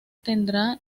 tendrá